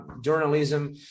journalism